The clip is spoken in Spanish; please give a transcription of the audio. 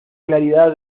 claridad